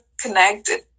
connected